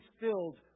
filled